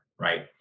right